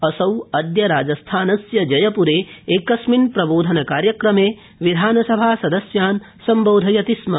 असौ अद्य राजस्थानस्य जयप्रे एकस्मिन् प्रबोधनकार्यक्रमे विधानसभासदस्यान् सम्बोधयति स्म